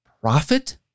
profit